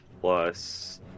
plus